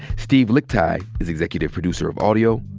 steve lickteig is executive producer of audio.